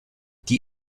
die